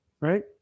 right